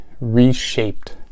reshaped